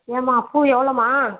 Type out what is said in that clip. ஏன்மா பூ எவ்வளோமா